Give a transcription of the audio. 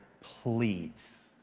please